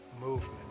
movement